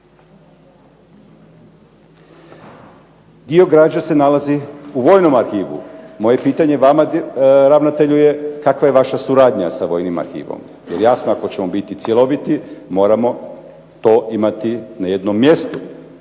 Dio građe se nalazi u vojnom arhivu. Moje pitanje vama ravnatelju je kakva je vaša suradnja sa vojnim arhivom, jer jasno ako ćemo biti cjeloviti moramo to imati na jednom mjestu.